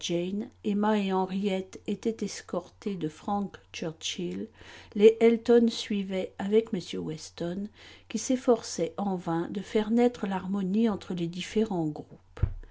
emma et henriette étaient escortées de frank churchill les elton suivaient avec m weston qui s'efforçait en vain de faire naître l'harmonie entre les différents groupes